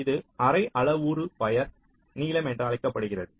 இது அரை அளவுரு வயர் நீளம் என்று அழைக்கப்படுகிறது